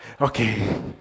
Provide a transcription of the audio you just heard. Okay